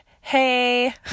hey